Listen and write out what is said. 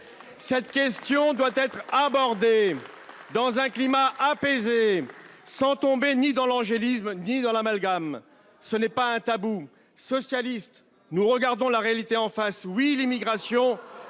Cette question doit être abordée dans un climat apaisé, sans tomber ni dans l’angélisme ni dans l’amalgame. Ce n’est pas un tabou ! Socialistes, nous regardons la réalité en face. Oui, l’immigration